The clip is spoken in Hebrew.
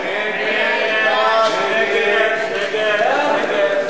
נא להצביע.